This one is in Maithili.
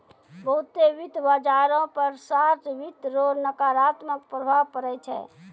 बहुते वित्त बाजारो पर शार्ट वित्त रो नकारात्मक प्रभाव पड़ै छै